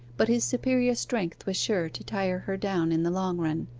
but his superior strength was sure to tire her down in the long-run.